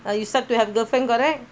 ah you said you have girlfriend correct